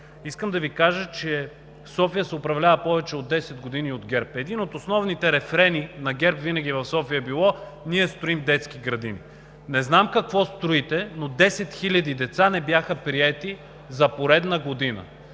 искам да Ви кажа, че София се управлява повече от десет години от ГЕРБ. Един от основните рефрени на ГЕРБ винаги в София е било – ние строим детски градини. Не знам какво строите, но десет хиляди деца не бяха приети за поредна година.